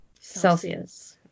Celsius